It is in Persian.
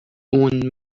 اون